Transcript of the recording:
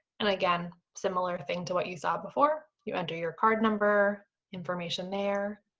and again, similar thing to what you saw before, you enter your card number information there.